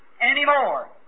anymore